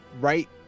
right